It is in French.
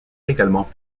également